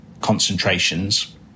concentrations